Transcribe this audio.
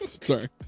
Sorry